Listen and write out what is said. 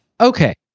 Okay